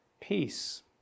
Peace